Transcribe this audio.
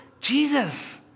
Jesus